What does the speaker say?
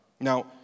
Now